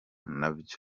nabyo